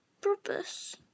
purpose